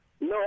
No